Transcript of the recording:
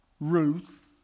Ruth